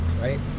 right